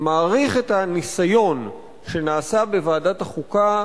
מעריך את הניסיון שנעשה בוועדת החוקה,